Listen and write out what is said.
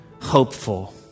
hopeful